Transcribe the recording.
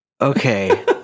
okay